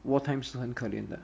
war time 是很可怜的